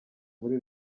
muri